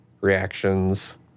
reactions